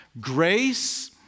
Grace